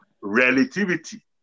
Relativity